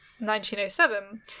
1907